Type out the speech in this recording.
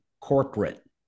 corporate